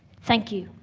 thank you.